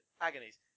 Agonies